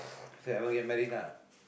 say you haven't get married lah